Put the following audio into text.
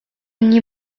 ogni